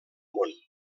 món